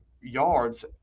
yards